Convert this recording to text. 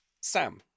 Sam